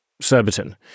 Surbiton